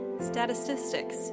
statistics